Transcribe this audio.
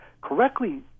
correctly